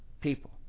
people